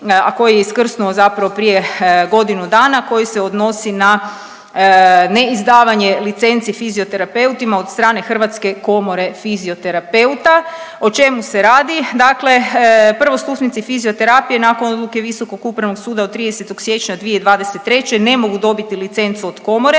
a koji je iskrsnuo zapravo prije godinu dana koji se odnosi na neizdavanje licenci fizioterapeutima od strane Hrvatske komore fizioterapeuta. O čemu se radi? Dakle, prvostupnici fizioterapije nakon odluke Visokog upravnog suda od 30. siječnja 2023. ne mogu dobiti licencu od komore